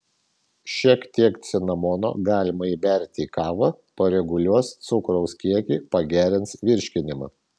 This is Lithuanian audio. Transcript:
šiek tiek cinamono galima įberti į kavą pareguliuos cukraus kiekį pagerins virškinimą